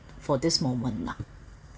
for this moment lah